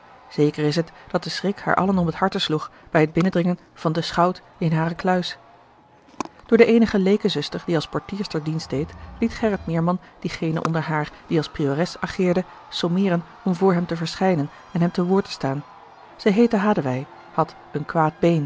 zeker is het dat de schrik haar allen om t harte sloeg bij het binnendringen van den schout in hare kluis door de eenige lekezuster die als portierster dienst deed liet gerrit meerman diegene onder haar die als priores ageerde sommeeren om voor hem te verschijnen en hem te woord te staan zij heette hadewij had een